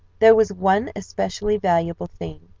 there was one especially valuable thing,